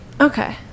Okay